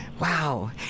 Wow